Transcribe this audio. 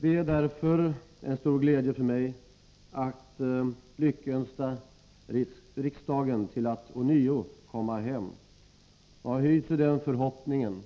Det är därför en stor glädje för mig att lyckönska riksdagen att ånyo komma hem, och jag hyser den förhoppningen